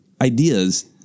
ideas